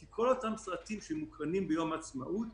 כי כל אותם סרטים שמוקרנים ביום העצמאות